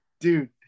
Dude